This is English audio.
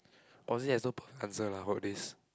Aussie has no perfect answer lah all this